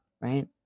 right